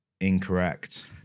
Incorrect